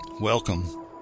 Welcome